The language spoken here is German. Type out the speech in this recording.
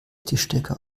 tischdecke